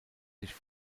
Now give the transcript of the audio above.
sich